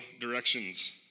directions